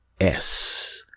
S-